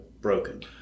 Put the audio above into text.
broken